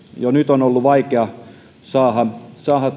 jo nyt on ollut vaikea saada